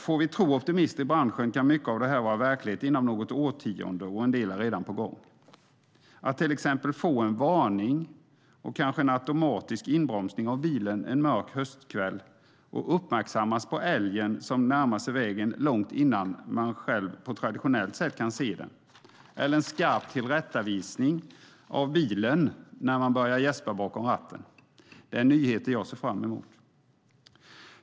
Får vi tro optimister i branschen kan mycket av detta vara verklighet inom något årtionde, och en del är redan på gång. Att till exempel få en varning och kanske en automatisk inbromsning av bilen en mörk höstkväll och uppmärksammas på älgen som närmar sig vägen långt innan man själv på traditionellt sätt kan se den eller att få en skarp tillrättavisning av bilen när man börjar gäspa bakom ratten är nyheter som jag ser fram emot.